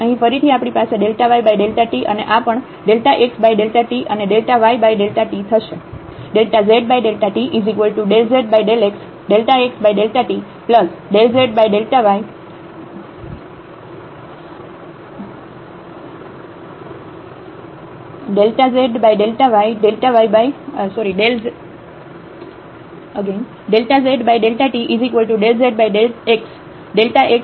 અહીં ફરીથી આપણી પાસે yt અને આ પણ ΔxΔt અને ΔyΔt થશે